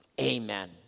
Amen